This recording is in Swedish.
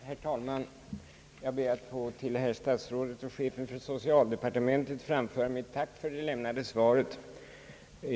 Herr talman! Jag ber att till herr statsrådet och chefen för socialdepartementet få framföra mitt tack för det lämnade svaret.